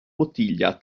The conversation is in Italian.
bottiglia